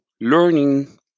learning